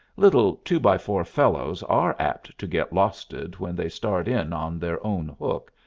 little two-by-four fellows are apt to get losted when they start in on their own hook,